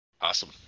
Awesome